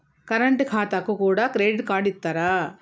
Current ఖాతాకు కూడా credit card ఇత్తరా?